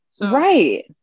Right